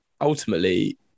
ultimately